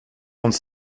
rende